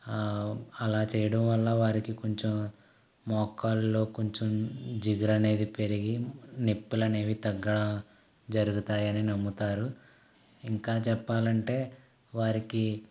అలా చేయడం వల్ల వారికి కొంచెం మోకాల్లో కొంచెం జిగురనేది పెరిగి నొప్పులు అనేవి తగ్గడం జరుగుతాయని నమ్ముతారు ఇంకా చెప్పాలంటే వారికి